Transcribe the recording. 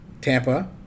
Tampa